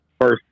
first